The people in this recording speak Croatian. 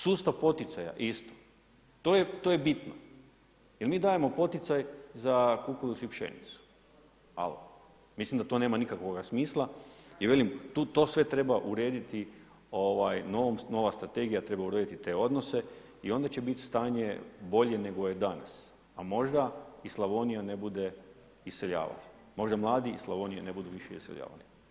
Sustav poticaja isto, to je bitno jer mi dajemo poticaj za kukuruz i pšenicu, alo, mislim da to nema nikakvoga smisla i velim, to sve treba urediti, nova strategija treba urediti te odnose i onda će biti stanje bolje nego je danas a možda i Slavonija ne bude iseljavala, možda mladi iz Slavonije ne budu više iseljavali.